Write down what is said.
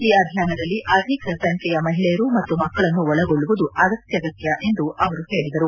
ಈ ಅಭಿಯಾನದಲ್ಲಿ ಅಧಿಕ ಸಂಖ್ಕೆಯ ಮಹಿಳೆಯರು ಮತ್ತು ಮಕ್ಕಳನ್ನು ಒಳಗೊಳ್ಳುವುದು ಅತ್ಯಗತ್ಯ ಎಂದು ಅವರು ಹೇಳಿದರು